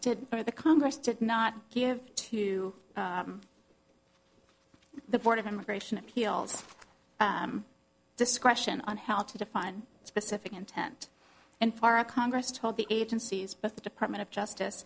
or the congress did not give to the board of immigration appeals discretion on how to define specific intent and for a congress to hold the agencies but the department of justice